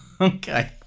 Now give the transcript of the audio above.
Okay